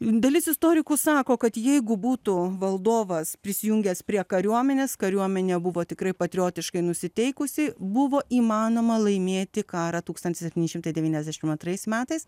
dalis istorikų sako kad jeigu būtų valdovas prisijungęs prie kariuomenės kariuomenė buvo tikrai patriotiškai nusiteikusi buvo įmanoma laimėti karą tūkstantis septyni šimtai devyniasdešimt antrais metais